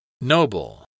NOBLE